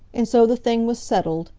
and so the thing was settled,